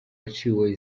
yaciwe